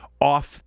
off